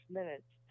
minutes